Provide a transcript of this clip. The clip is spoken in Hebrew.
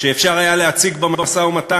שאפשר היה להציג במשא-ומתן,